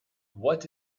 what